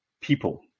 people